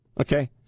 Okay